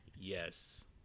Yes